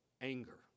anger